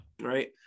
right